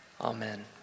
Amen